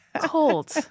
Cold